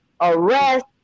arrest